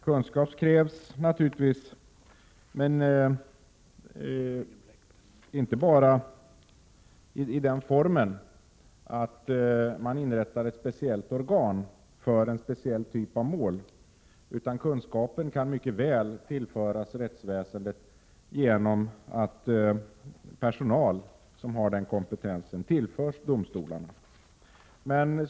Kunskap krävs naturligtvis, men inte bara i den formen att man inrättar ett speciellt organ för en speciell typ av mål — kunskapen kan mycket väl tillföras rättsväsendet genom att personal som har den kompetensen tillförs domstolarna.